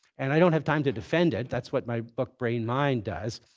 and i don't have time to defend it. that's what my book brain-mind does.